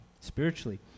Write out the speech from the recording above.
spiritually